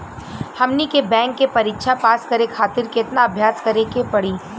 हमनी के बैंक के परीक्षा पास करे खातिर केतना अभ्यास करे के पड़ी?